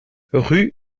rue